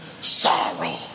sorrow